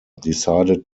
decided